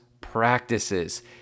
practices